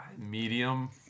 Medium